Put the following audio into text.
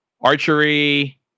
archery